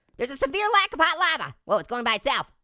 there's a severe lack of hot lava. well, it's going by itself,